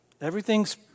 Everything's